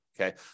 okay